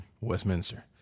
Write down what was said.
Westminster